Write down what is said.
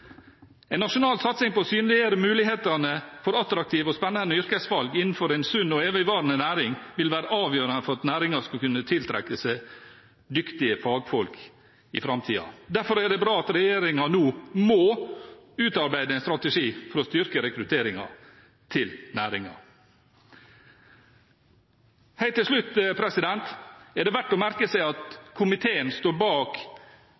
En nasjonal satsing på å synliggjøre mulighetene for attraktive og spennende yrkesvalg innenfor en sunn og evigvarende næring vil være avgjørende for at næringen skal kunne tiltrekke seg dyktige fagfolk i framtiden. Derfor er det bra at regjeringen nå må utarbeide en strategi for å styrke rekrutteringen til næringen. Helt til slutt er det verd å merke seg at komiteen står samlet bak